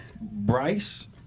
Bryce